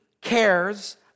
cares